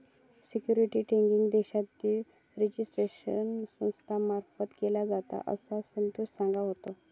securities trading देशाच्या register संस्था मार्फत केलो जाता, असा संतोष सांगा होतो